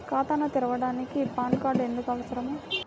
ఖాతాను తెరవడానికి PAN card ఎందుకు అవసరము?